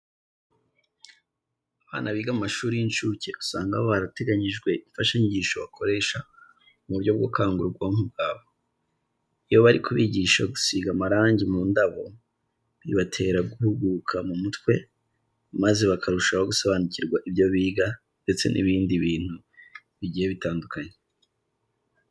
Abana biga mu mashuri y'incuke usanga baba barateganyirijwe imfashanyigisho bakoresha mu buryo bwo gukangura ubwonko bwabo. Iyo bari kubigisha gusiga amarangi mu ndabo, bibatera guhuguka mu mutwe maze bakarushaho gusobanukirwa ibyo biga ndetse n'ibindi bintu bigiye bitandukanye.